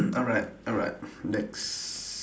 alright alright next